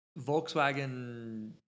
Volkswagen